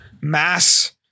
mass